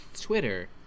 Twitter